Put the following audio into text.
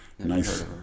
Nice